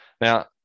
now